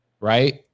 right